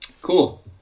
Cool